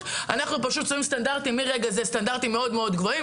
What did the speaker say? עליהם ואומרים: אנחנו שמים מרגע זה סטנדרטים מאוד גבוהים